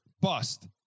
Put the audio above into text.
bust